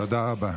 תודה רבה.